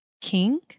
King